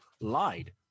lied